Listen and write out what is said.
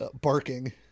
Barking